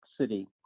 city